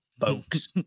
folks